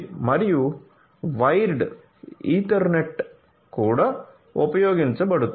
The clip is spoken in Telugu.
మరియు వైర్డు ఈథర్నెట్ కూడా ఉపయోగించబడుతుంది